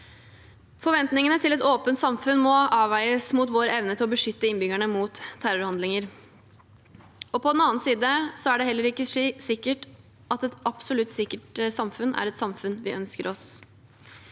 Forventningene til et åpent samfunn må avveies mot vår evne til å beskytte innbyggerne mot terrorhandlinger. På den annen side er det ikke sikkert at et absolutt sikkert samfunn er et samfunn vi ønsker oss.